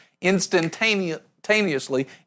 instantaneously